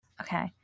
Okay